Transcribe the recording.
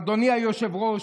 אדוני היושב-ראש,